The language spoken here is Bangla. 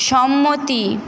সম্মতি